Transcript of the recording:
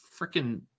freaking